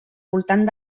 voltant